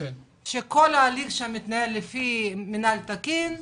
שכל ההליך מתנהל שם לפי מנהל תקין,